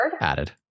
Added